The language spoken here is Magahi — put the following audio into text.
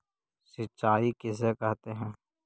सिंचाई किसे कहते हैं?